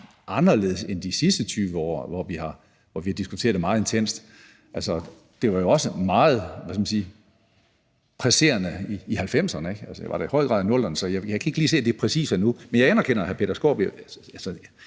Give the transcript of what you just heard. anderledes end i de sidste 20 år, hvor vi har diskuteret det meget intenst. Altså, det var jo også meget, hvad skal man sige, presserende i 1990'erne, og det var det da i høj grad i 00'erne, så jeg kan ikke lige se, at det præcis skulle være nu. Men jeg anerkender hr. Peter Skaarups